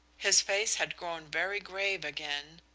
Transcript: his face had grown very grave again,